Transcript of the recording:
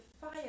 fire